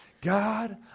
God